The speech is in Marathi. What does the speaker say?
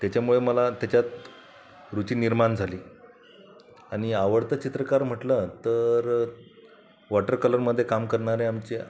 त्याच्यामुळे मला त्याच्यात रुची निर्माण झाली आणि आवडतं चित्रकार म्हटलं तर वॉटर कलरमधे काम करणारे आमचे